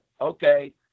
okay